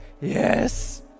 Yes